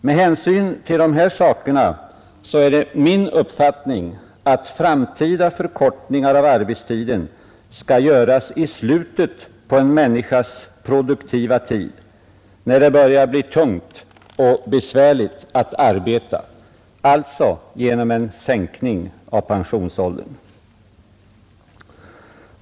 Med hänsyn till de här sakerna är det min uppfattning att framtida förkortningar av arbetstiden skall göras i slutet på en människas produktiva tid, när det börjar bli tungt och besvärligt att arbeta, alltså genom en sänkning av pensionsåldern.